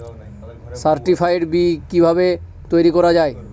Certified বি কিভাবে তৈরি করা যায়?